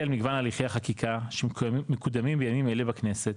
מגוון הליכי החקיקה שמקודמים בימים אלה בכנסת,